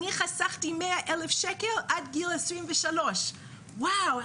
אני חסכתי 100 אלף שקל עד גיל 23. ואוו,